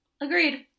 agreed